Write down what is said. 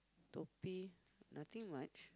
nothing much